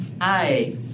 Hi